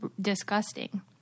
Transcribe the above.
disgusting